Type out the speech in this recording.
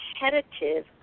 competitive